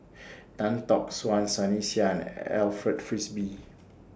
Tan Tock San Sunny Sia Alfred Frisby